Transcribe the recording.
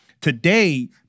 Today